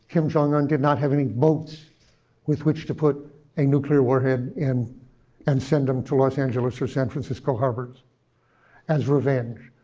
kim jong un did not have any boats with which to put a nuclear warhead in and send them to los angeles or san francisco harbors as revenge.